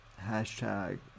Hashtag